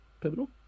pivotal